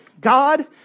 God